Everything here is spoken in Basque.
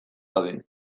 dadin